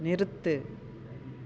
நிறுத்து